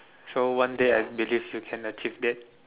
so one day I believe you can achieve that